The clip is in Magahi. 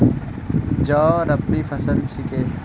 जौ रबी फसल छिके